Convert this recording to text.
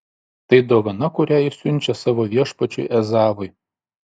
tai dovana kurią jis siunčia savo viešpačiui ezavui